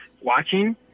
watching